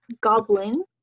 Goblin